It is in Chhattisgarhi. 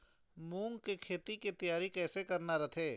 मूंग के खेती के तियारी कइसे करना रथे?